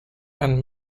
and